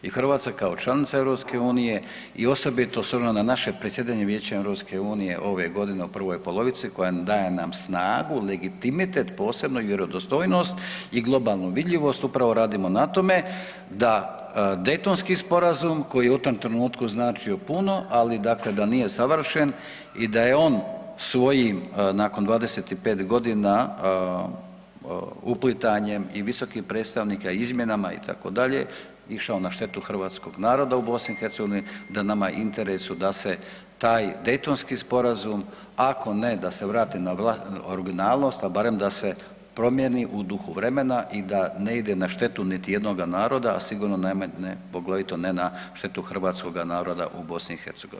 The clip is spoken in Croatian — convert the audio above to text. I Hrvatska kao članica EU i osobito s obzirom na naše predsjedanje Vijećem EU ove godine u prvoj polovici koja daje nam snagu, legitimitet posebno i vjerodostojnost i globalnu vidljivost upravo radimo na tome da Dejtonski sporazum koji je u tom trenutku znači puno, ali dakle da nije savršen i da je on svojim nakon 25 godina uplitanjem i visokih predstavnika i izmjenama itd., išao na štetu hrvatskog naroda u BiH, da nama je u interesu da se taj Dejtonski sporazum ako ne da se vrati na originalnost, a barem da se promjeni u duhu vremena i da ne ide na štetu niti jednoga naroda, a sigurno najmanje poglavito ne na štetu hrvatskoga naroda u BiH.